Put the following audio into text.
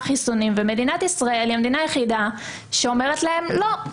חיסונים ומדינת ישראל היא המדינה היחידה שאומרת להם לא,